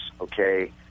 okay